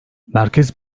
merkez